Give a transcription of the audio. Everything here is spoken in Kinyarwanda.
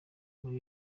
muri